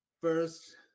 first